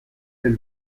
elle